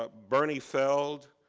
ah bernie feld,